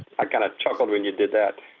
i kind of chuckled when you did that,